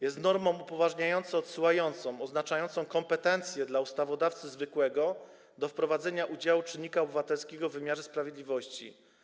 Jest normą upoważniająco-odsyłającą oznaczającą kompetencje dla ustawodawcy zwykłego do wprowadzenia udziału czynnika obywatelskiego w wymiarze sprawiedliwości.